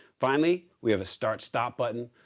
finally, we have a start-stop button,